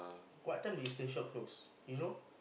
what time is the shop close you know